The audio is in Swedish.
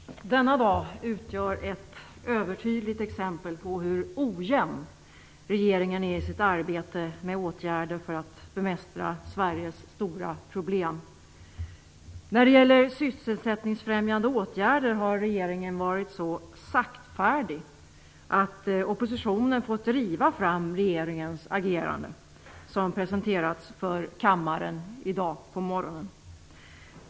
Herr talman! Denna dag utgör ett övertydligt exempel på hur ojämn regeringen är i sitt arbete med åtgärder för att bemästra Sveriges stora problem. När det gäller sysselsättningsfrämjande åtgärder har regeringen varit så saktfärdig att oppositionen fått driva fram regeringens agerande. Förslaget har presenterats i dag på för kammaren.